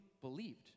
believed